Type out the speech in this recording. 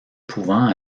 pouvant